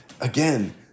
again